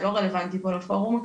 שלא רלוונטי פה לפורום.